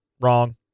Wrong